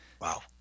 Wow